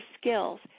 skills